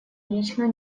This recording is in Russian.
личную